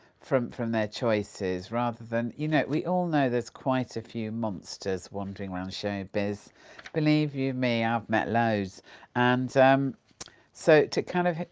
from from their choices rather than. you know, we all know there's quite a few monsters wandering around showbiz believe you me i've met loads and um so, to kind of,